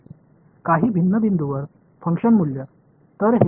काही भिन्न बिंदूंवर फंक्शन मूल्य